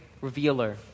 revealer